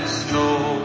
snow